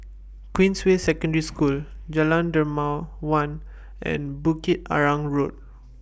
Queensway Secondary School Jalan Dermawan and Bukit Arang Road